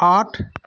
आठ